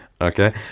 Okay